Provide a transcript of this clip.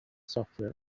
software